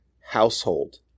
household